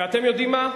ואתם יודעים מה?